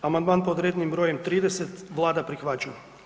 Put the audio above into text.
Amandman pod rednim brojem 30 Vlada prihvaća.